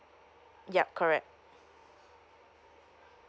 yup correct